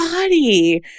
body